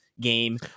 game